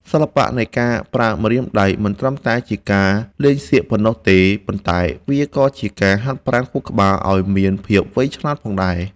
សិល្បៈនៃការប្រើម្រាមដៃមិនត្រឹមតែជាការលេងសៀកប៉ុណ្ណោះទេ ប៉ុន្តែ វាក៏ជាការហាត់ប្រាណខួរក្បាលឱ្យមានភាពវៃឆ្លាតផងដែរ។